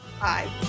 Bye